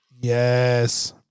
Yes